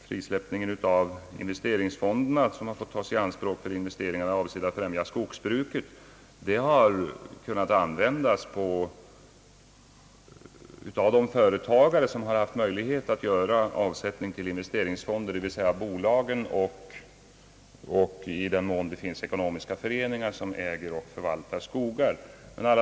Frisläppningen av investeringsfonderna för investeringar i syfte att främja skogsbruket har naturligtvis kunnat utnyttjas endast av de företag, som haft möjlighet att göra avsättningar till sådana fonder, dvs. bolag och ekonomiska föreningar, i den mån det finns företag av den sistnämnda kategorin som äger och förvaltar skogar.